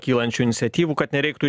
kylančių iniciatyvų kad nereiktų